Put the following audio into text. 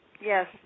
Yes